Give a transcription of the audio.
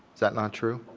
is that not true?